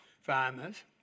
farmers